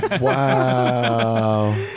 wow